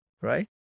right